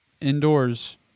indoors